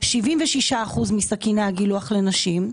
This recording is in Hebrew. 76% מסכיני הגילוח לנשים,